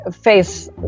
face